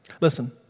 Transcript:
Listen